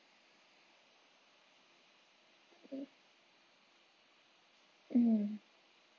mm